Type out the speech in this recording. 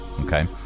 Okay